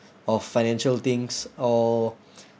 of financial things or